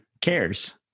cares